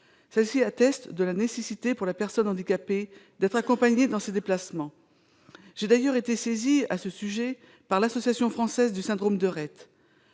Celle-ci atteste de la nécessité pour la personne handicapée d'être accompagnée dans ses déplacements. J'ai d'ailleurs été saisie à ce sujet par l'Association française du syndrome de Rett,